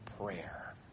prayer